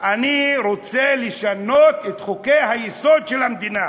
אני רוצה לשנות את חוקי-היסוד של המדינה.